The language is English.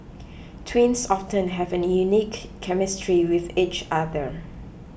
twins often have a unique chemistry with each other